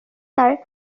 তাৰ